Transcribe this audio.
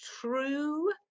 true